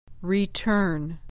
return